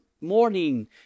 morning